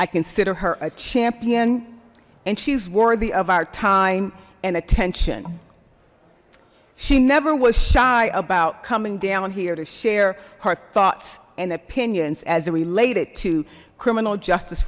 i consider her a champion and she's worthy of our time and attention she never was shy about coming down here to share her thoughts and opinions as it related to criminal justice